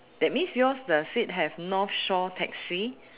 that means yours does it have north shore taxi